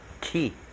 key